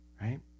right